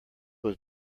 was